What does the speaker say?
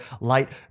light